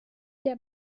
der